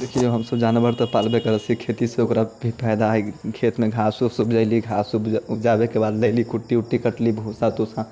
देखियौ हमसब जानवर तऽ पालबे करै छी खेतीसँ ओकरा भी फायदा है की खेतमे घास उस उपजैली घास उपज उपजाबैके बाद लैली कुट्टी उट्टी कटली भूसा तूसा